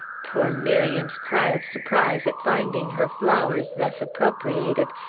poor miriam's cry of surprise at finding her flowers thus appropriated,